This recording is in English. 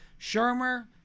Shermer